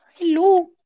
Hello